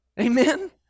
Amen